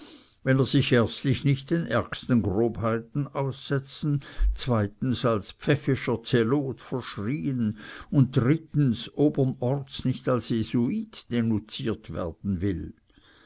wenn er sich erstlich nicht den ärgsten grobheiten aussetzen zweitens als pfäffischer zelot verschrieen und drittens obern orts nicht als jesuit denunziert sein will